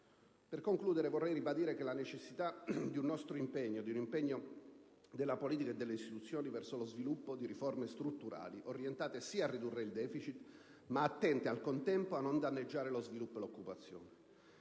Per concludere, vorrei ribadire la necessità di un nostro impegno, di un impegno della politica e delle istituzioni verso lo sviluppo di riforme strutturali, orientate sì a ridurre il *deficit*, ma attente, al contempo, a non danneggiare lo sviluppo e l'occupazione.